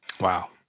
Wow